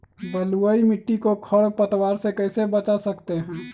बलुई मिट्टी को खर पतवार से कैसे बच्चा सकते हैँ?